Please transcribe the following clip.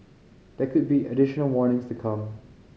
there could be additional warnings to come